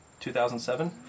2007